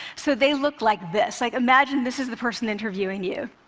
so they look like this. like imagine this is the person interviewing you.